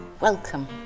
Welcome